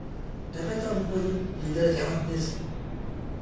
ᱛᱚᱵᱮ ᱛᱚ ᱩᱱᱠᱩ ᱜᱤᱫᱽᱨᱟᱹ ᱡᱟᱸᱦᱟᱛᱤᱥ